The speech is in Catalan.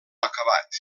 acabat